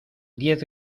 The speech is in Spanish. diez